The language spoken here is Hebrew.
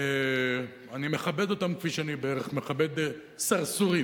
אני מכבד אותם כפי שאני בערך מכבד סרסורים,